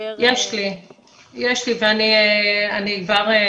נאפשר --- יש לי וזה קצר.